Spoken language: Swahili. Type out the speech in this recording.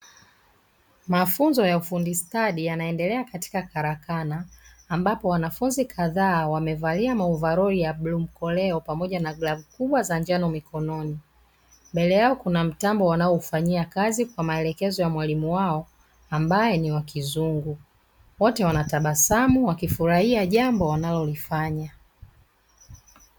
Mafunzo ya ufundi stadi yanaendelea katika karakana ambapo wanafunzi kadhaa wamevalia maovarolia ya bluu mkoleo, pamoja na glavu kubwa za njano mikononi. Mbele yao kuna mtambo wanaoufanyia kazi kwa maelekezo ya mwalimu wao ambaye ni wa kizungu, wote wanatabasamu wakifurahia jambo wanalolifanya.